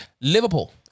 Liverpool